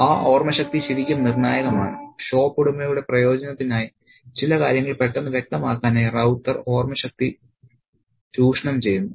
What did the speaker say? ആ ഓർമ്മശക്തി ശരിക്കും നിർണായകമാണ് ഷോപ്പുടമയുടെ പ്രയോജനത്തിനായി ചില കാര്യങ്ങൾ പെട്ടെന്ന് വ്യക്തമാക്കാനായി റൌത്തർ ഓർമ്മശക്തി ചൂഷണം ചെയ്യുന്നു